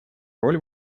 роль